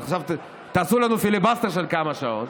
עכשיו תעשו לנו פיליבסטר של כמה שעות,